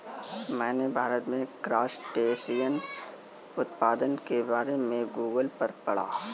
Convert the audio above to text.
मैंने भारत में क्रस्टेशियन उत्पादन के बारे में गूगल पर पढ़ा